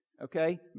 Okay